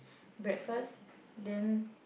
breakfast then